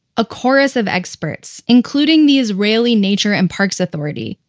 a chorus of experts, including the israeli nature and parks authority,